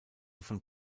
von